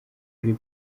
kuri